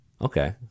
Okay